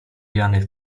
janek